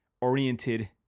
oriented